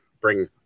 bring